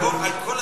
ענית על כל התהיות.